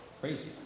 Crazy